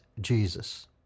Jesus